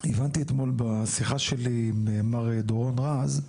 הבנתי אתמול בשיחה שלי עם מר דורון רז,